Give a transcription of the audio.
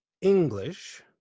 English